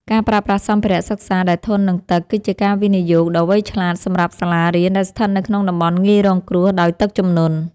ការប្រើប្រាស់សម្ភារៈសិក្សាដែលធន់នឹងទឹក គឺជាការវិនិយោគដ៏វៃឆ្លាតសម្រាប់សាលារៀនដែលស្ថិតនៅក្នុងតំបន់ងាយរងគ្រោះដោយទឹកជំនន់។